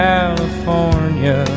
California